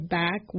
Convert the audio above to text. back